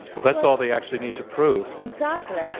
well, that's all they actually need to prove. exactly. yeah